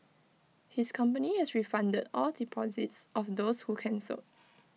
his company has refunded all deposits of those who cancelled